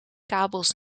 kabels